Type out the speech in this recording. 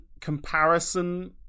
comparison